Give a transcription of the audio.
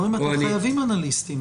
אתם חייבים אנליסטים.